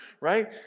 right